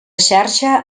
xarxa